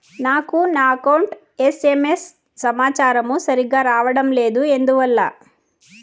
నాకు నా account SMS సమాచారము సరిగ్గా రావడం లేదు ఎందువల్ల?